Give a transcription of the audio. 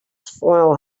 spoil